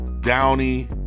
Downey